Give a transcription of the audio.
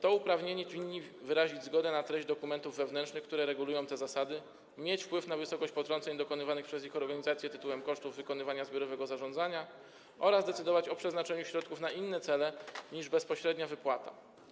To uprawnieni winni wyrazić zgodę na treść dokumentów wewnętrznych, które regulują te zasady, mieć wpływ na wysokość potrąceń dokonywanych przez ich organizację tytułem kosztów wykonywania zbiorowego zarządzania oraz decydować o przeznaczeniu środków na cele inne niż bezpośrednia wypłata.